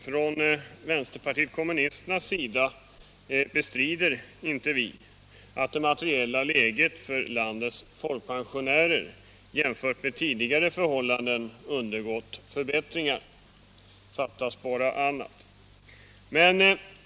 Herr talman! Från vänsterpartiet kommunisternas sida bestrider vi inte att det materiella läget för landets folkpensionärer jämfört med tidigare förhållanden undergått förbättringar — fattas bara annat!